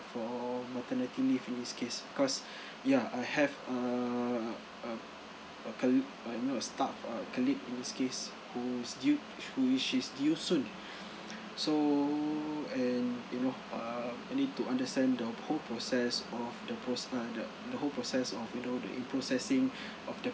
for maternity leave in this case because ya I have err uh a co uh you know a staff a colleague in this case who is due who is she's due soon so and you know um I need to understand the whole process of the pros uh the whole process of you know the in processing of the